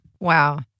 Wow